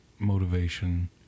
Motivation